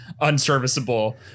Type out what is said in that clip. unserviceable